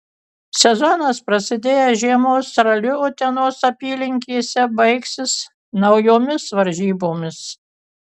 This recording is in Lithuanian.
sezonas prasidėjęs žiemos raliu utenos apylinkėse baigsis naujomis varžybomis